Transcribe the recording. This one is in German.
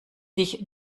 sich